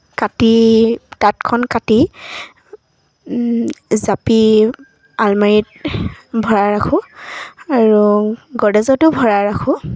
কাটি তাঁতখন কাটি জাপি আলমাৰিত ভৰাই ৰাখোঁ আৰু গড্ৰেজতো ভৰাই ৰাখোঁ